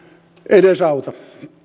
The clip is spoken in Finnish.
edesauta